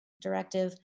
directive